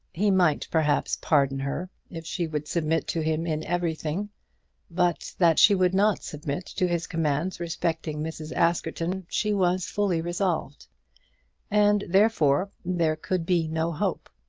he might perhaps pardon her, if she would submit to him in everything but that she would not submit to his commands respecting mrs. askerton she was fully resolved and, therefore, there could be no hope.